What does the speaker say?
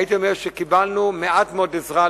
הייתי אומר שקיבלנו מעט מאוד עזרה,